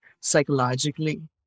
psychologically